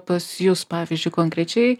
pas jus pavyzdžiui konkrečiai